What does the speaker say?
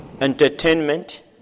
entertainment